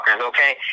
Okay